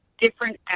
different